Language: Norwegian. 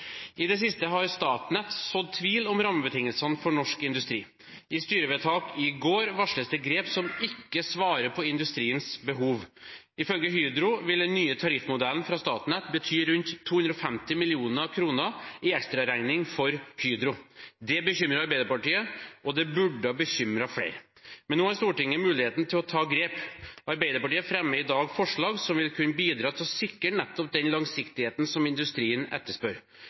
I det siste har Statnett sådd tvil om rammebetingelsene for norsk industri. I styrevedtak i går varsles det grep som ikke svarer på industriens behov. Ifølge Hydro vil den nye tariffmodellen fra Statnett bety rundt 250 mill. kr i ekstraregning for Hydro. Det bekymrer Arbeiderpartiet, og det burde bekymre flere. Men nå har Stortinget muligheten til å ta grep. Arbeiderpartiet fremmer i dag forslag som vil kunne bidra til å sikre nettopp den langsiktigheten som industrien etterspør.